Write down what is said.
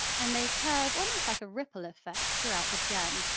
and they curve almost like a ripple effect throughout the gem.